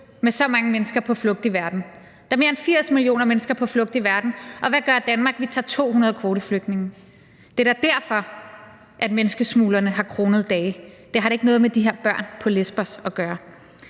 med så mange mennesker på flugt i verden. Der er mere end 80 millioner mennesker på flugt i verden, og hvad gør Danmark? Vi tager 200 kvoteflygtninge. Det er da derfor, menneskesmuglerne har kronede dage. Det har da ikke noget med de her børn på Lesbos at gøre.